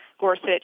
Gorsuch